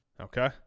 Okay